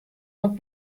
noch